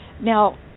Now